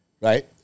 right